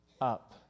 up